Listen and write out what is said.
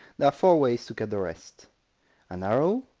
there are four ways to cut the rest an arrow,